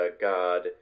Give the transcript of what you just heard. God